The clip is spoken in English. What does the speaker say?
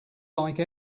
like